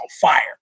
fire